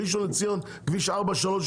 בראשון לציון, כביש 431,